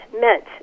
meant